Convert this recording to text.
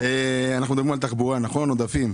מדברים על תחבורה, עודפים.